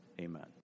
Amen